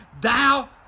Thou